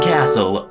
Castle